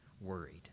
worried